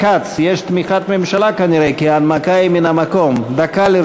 מכיוון שהוצעו כמה ועדות,